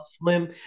Slim